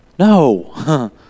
No